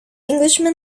englishman